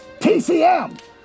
TCM